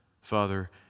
Father